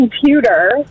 computer